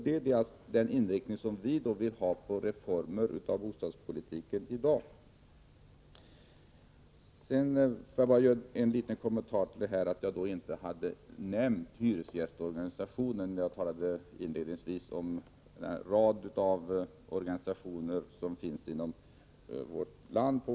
Det är den inriktning som vi vill ha beträffande reformerna inom bostadspolitiken i dag. Sedan bara en liten kommentar till det som sagts här om att jag inte nämnt hyresgästorganisationen när jag inledningsvis räknade upp en rad organisationer på olika områden som finns i vårt land.